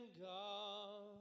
God